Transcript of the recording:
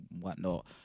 whatnot